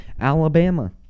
Alabama